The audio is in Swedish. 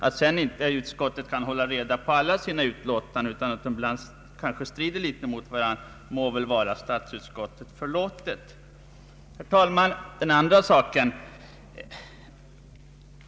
Att sedan utskottet inte kan hålla reda på alla sina utlåtanden utan dessa ibland strider litet mot varandra må väl vara statsutskottet förlåtet. Herr talman! Den andra saken.